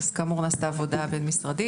אז כאמור, נעשתה עבודה בין-משרדית.